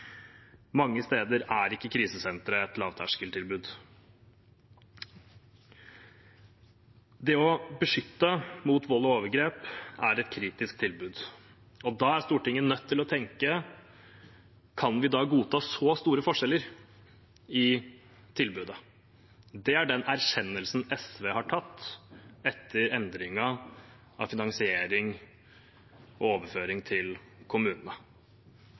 Mange steder er ikke krisesenteret et lavterskeltilbud. Det å beskytte mot vold og overgrep er et kritisk tilbud, og da er Stortinget nødt til å tenke på: Kan vi da godta så store forskjeller i tilbudet? Det er den erkjennelsen SV har kommet til etter endringen av finansiering og overføring til kommunene.